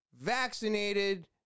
vaccinated